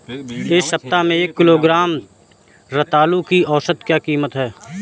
इस सप्ताह में एक किलोग्राम रतालू की औसत कीमत क्या है?